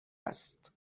است